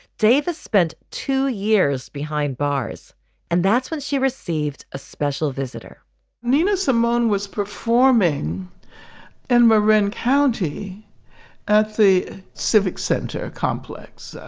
davis spent two years behind bars and that's when she received a special visitor nina, someone was performing in marin county at the civic center complex.